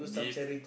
gift